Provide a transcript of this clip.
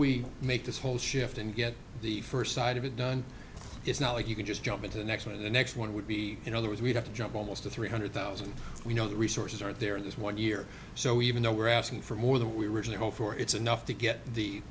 we make this whole shift and get the first side of it done it's not like you can just jump into the next one the next one would be in other words we'd have to jump almost to three hundred thousand we know the resources aren't there in this one year so even though we're asking for more than we originally hoped for it's enough to get the